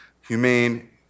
humane